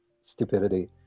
stupidity